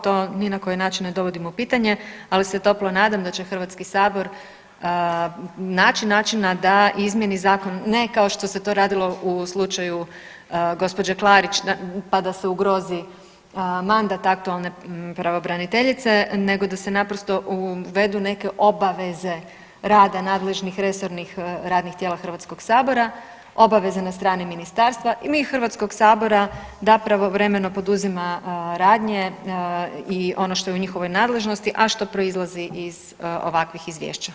To ni na koji način ne dovodim u pitanje, ali se toplo nadam da će Hrvatski sabor naći načina da izmjeni zakon ne kao što se to radilo u slučaju gospođe Klarić pa da se ugrozi mandat aktualne pravobraniteljice nego da se naprosto uvedu neke obaveze rada nadležnih resornih radnih tijela Hrvatskog sabora, obaveze na strani ministarstva i mi iz Hrvatskog sabora da pravovremeno poduzima radnje i ono što je u njihovoj nadležnosti, a što proizlazi iz ovakvih izvješća.